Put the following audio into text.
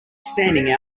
standing